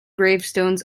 gravestones